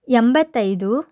ಎಂಬತ್ತೈದು